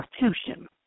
Constitution